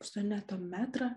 soneto metrą